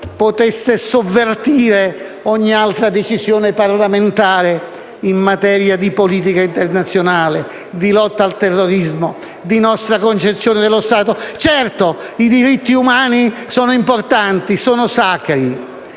potesse sovvertire ogni altra decisione parlamentare in materia di politica internazionale, di lotta al terrorismo, di nostra concezione dello Stato. Certo i diritti umani sono importanti, sono sacri,